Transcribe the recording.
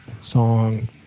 song